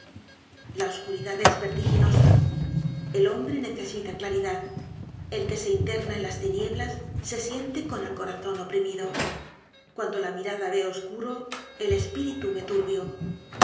la oscuridad es vertiginosa el hombre necesita claridad el que se interna en las tinieblas se siente con el corazon oprimido cuando la mirada ve oscuro el espíritu ve turbio